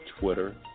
Twitter